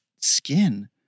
skin